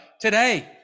today